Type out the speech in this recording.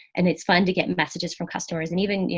and it's fun to get messages from customers. and even, you